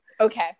Okay